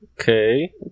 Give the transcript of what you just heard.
Okay